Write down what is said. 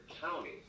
county